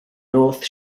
north